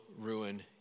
ruin